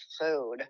food